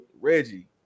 Reggie